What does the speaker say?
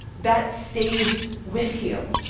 that stays with you.